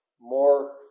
more